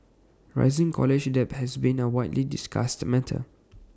rising college debt has been A widely discussed matter